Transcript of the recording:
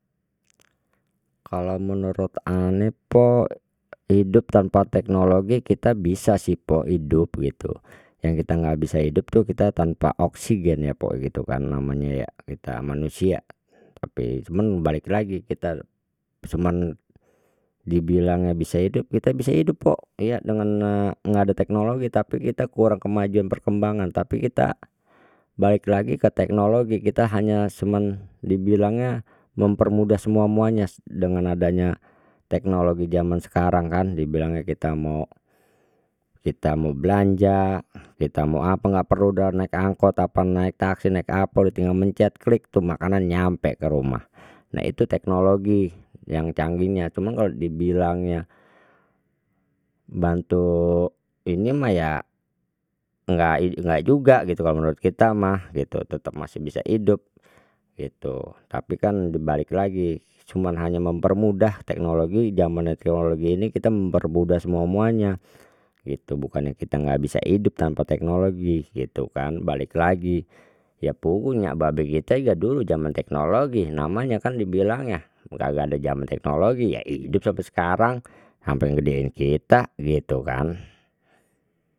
Kalau menurut ane mpo hidup tanpa teknologi kita bisa sih mpo hidup gitu yang kita gak bisa hidup tuh kita tanpa oksigen ya mpo gitu kan namanya ya kita manusia tapi cuman balik lagi cuman kita dibilangnya bisa itu kita bisa hidup mpo iya dengan ngada teknologi tapi kita kurang kemajuan perkembangan tapi kita balik lagi ke teknologi kita hanya cuman dibilangnya mempermudah semua muanya dengan adanya teknologi jaman sekarang kan dibilangnya kita mau kita mau belanja kita mau apa enggak perlu udah naik angkot apa naik taksi naik apa dah tinggal mencet klik tuh makanan nyampe ke rumah nah itu teknologi yang canggihnya cuma kalau dibilangnya bantu ini mah ya nggak enggak juga gitu kalau menurut kita mah gitu tetap masih bisa hidup gitu tapi kan dibalik lagi cuma hanya mempermudah teknologi jamannya teknologi ini kita mempermudah semua muanya gitu bukannya kita enggak bisa hidup tanpa teknologi gitu kan balik lagi ya punya babe kita ge dulu zaman teknologi namanya kan dibilangnya kagak ada zaman teknologi ya hidup sampai sekarang sampai ngedein kita gitu kan.